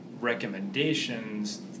recommendations